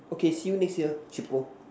okay see you next year cheapo